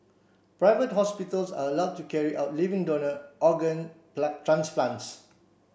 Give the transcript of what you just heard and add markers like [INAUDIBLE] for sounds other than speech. private hospitals are allowed to carry out living donor organ [UNINTELLIGIBLE] transplants